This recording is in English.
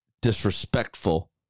disrespectful